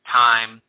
time